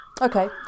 Okay